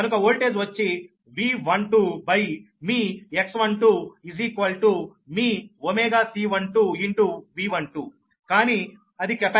కనుక ఓల్టేజ్ వచ్చి V12your X12your ωC12V12కానీ అది కెపాసిటెన్స్